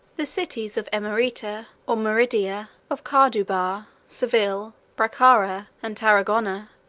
the cities of emerita, or merida, of corduba, seville, bracara, and tarragona,